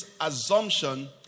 Assumption